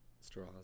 Straws